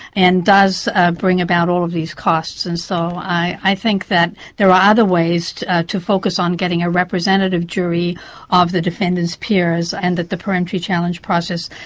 and does bring about all of these costs, and so i i think that there are other ways to to focus on getting a representative jury of the defendant's peers, and that the peremptory challenge process,